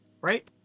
right